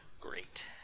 great